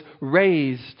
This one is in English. raised